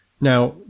Now